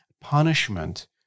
punishment